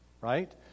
right